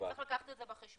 צריך לקחת את זה בחשבון.